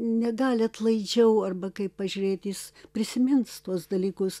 negali atlaidžiau arba kaip pažiūrėt jis prisimins tuos dalykus